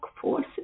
forces